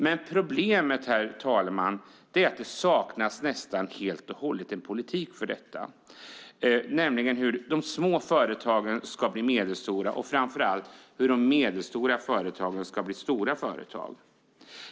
Men problemet, herr talman, är att det saknas nästan helt en politik för hur de små företagen ska bli medelstora och framför allt hur de medelstora företagen ska bli stora företag.